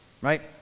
right